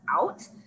out